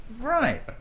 right